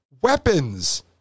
weapons